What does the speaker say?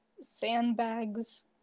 Sandbags